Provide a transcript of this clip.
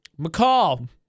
McCall